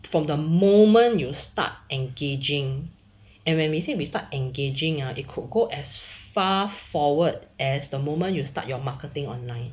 from the moment you start engaging and when we say we start engaging or it could go as far forward as the moment you start your marketing online